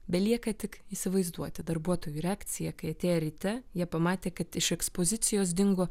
belieka tik įsivaizduoti darbuotojų reakciją kai atėję ryte jie pamatė kad iš ekspozicijos dingo